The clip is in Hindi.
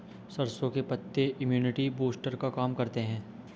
सरसों के पत्ते इम्युनिटी बूस्टर का काम करते है